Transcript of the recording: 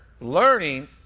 learning